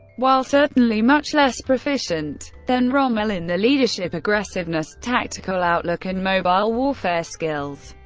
while certainly much less proficient than rommel in their leadership, aggressiveness, tactical outlook and mobile warfare skills,